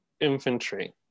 infantry